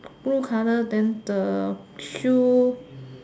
gold colour then the shoe